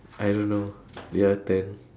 I don't know your turn